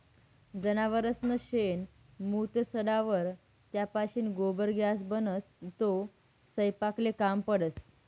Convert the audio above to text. जनावरसनं शेण, मूत सडावर त्यापाशीन गोबर गॅस बनस, तो सयपाकले काम पडस